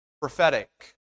prophetic